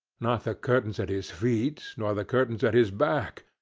not the curtains at his feet, nor the curtains at his back,